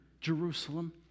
Jerusalem